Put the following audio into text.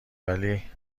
ولی